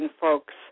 folks